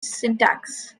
syntax